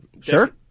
Sure